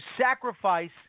sacrifice